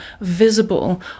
visible